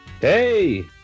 Hey